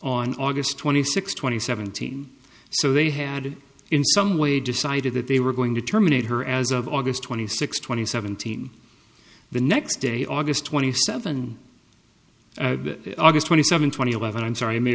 on august twenty sixth twenty seventeen so they handed in some way decided that they were going to terminate her as of august twenty sixth twenty seventeen the next day august twenty seven august twenty seventh twenty eleven i'm sorry i may